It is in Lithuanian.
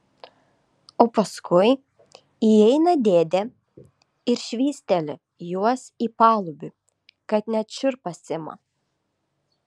o paskui įeina dėdė ir švysteli juos į palubį kad net šiurpas ima